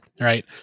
right